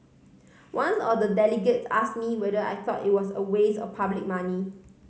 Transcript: once or the delegates ask me whether I thought it was a waste of public money